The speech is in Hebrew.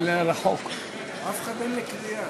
שעניינה הוראות הנוגעות לכהונתו של נציב קבילות